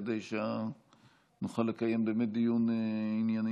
כדי שנוכל לקיים באמת דיון ענייני.